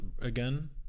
again